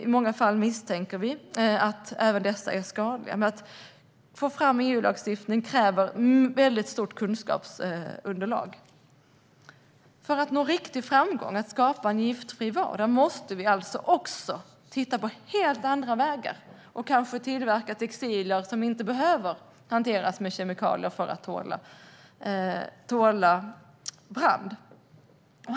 I många fall misstänker vi att även dessa är skadliga, men att få fram EU-lagstiftning kräver ett stort kunskapsunderlag. För att nå riktig framgång med att skapa en giftfri vardag måste vi också titta på helt andra vägar. Man kanske kan tillverka textilier som inte behöver behandlas med kemikalier för att tåla brand.